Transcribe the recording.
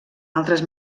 altres